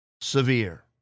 severe